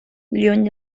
lluny